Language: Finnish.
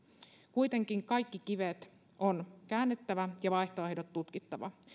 kuitenkin kaikki kivet on käännettävä ja vaihtoehdot tutkittava